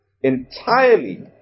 entirely